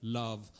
love